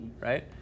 right